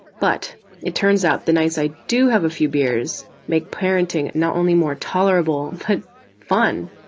but it turns out the nights i do have a few beers make parenting not only more tolerable but fun.